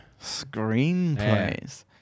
Screenplays